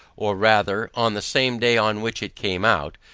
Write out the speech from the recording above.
or rather, on the same day on which it came out,